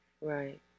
Right